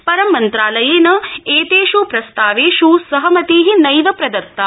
परं मंत्रालयेन एतेष् प्रस्तावेष् सहमति नैव प्र त्ता